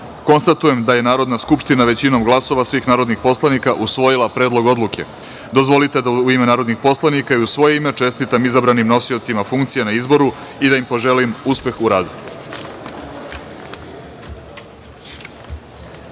jedan. Konstatujem da je Narodna skupština većinom glasova svih narodnih poslanika, usvojila Predlog odluke. Dozvolite da u ime narodnih poslanika i u svoje ime čestitam izabranim nosiocima funkcija na izboru i da im poželim uspeh u